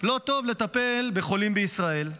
לא טוב לטפל בחולים בישראל?